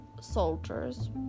soldiers